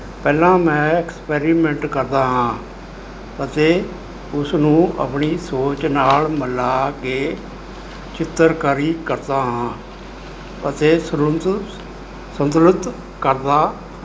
ਪਹਿਲਾਂ ਮੈਂ ਐਕਸਪੈਰੀਮੈਂਟ ਕਰਦਾ ਹਾਂ ਅਤੇ ਉਸ ਨੂੰ ਆਪਣੀ ਸੋਚ ਨਾਲ਼ ਮਿਲਾ ਕੇ ਚਿੱਤਰਕਾਰੀ ਕਰਦਾ ਹਾਂ ਅਤੇ ਸਰੁੰਤ ਸੰਤੁਲਿਤ ਕਰਦਾ